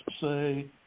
say